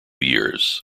years